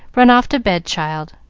run off to bed, child.